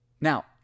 Now